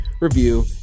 review